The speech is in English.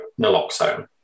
naloxone